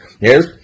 Yes